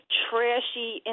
trashy